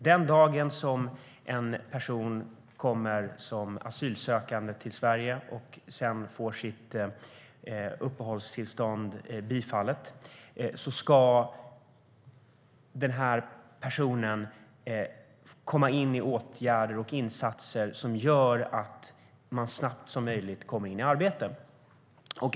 Den dag då en person kommer som asylsökande till Sverige och sedan får sitt uppehållstillstånd ska personen komma in i åtgärder och insatser som gör att man så snabbt som möjligt kommer in i arbete.